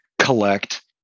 collect